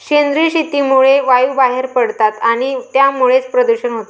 सेंद्रिय शेतीमुळे वायू बाहेर पडतात आणि त्यामुळेच प्रदूषण होते